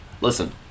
Listen